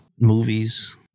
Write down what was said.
movies